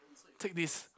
take this